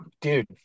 dude